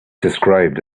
described